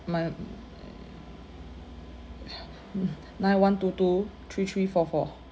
my n~ nine one two two three three four four